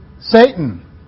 Satan